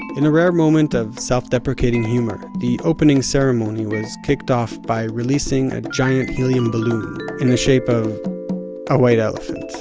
in a rare moment of self-deprecating humor, the opening ceremony was kicked off by releasing a giant helium balloon in the shape of a white elephant